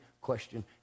question